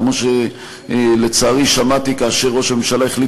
כמו שלצערי שמעתי כאשר ראש הממשלה החליט